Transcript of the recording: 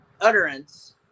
utterance